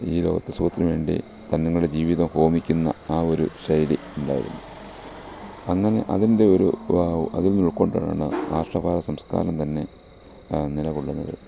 ഈ ലോകത്ത് സുഖത്തിന് വേണ്ടി തങ്ങളുടെ ജീവിതം ഹോമിക്കുന്ന ആ ഒരു ശൈലി ഉണ്ടായിരുന്നു അങ്ങനെ അതിൻ്റെ ഒരു അതില്നിന്നുൾക്കൊണ്ടാണ് ആർഷ ഭാരത സംസ്കാരം തന്നെ നിലകൊള്ളുന്നത്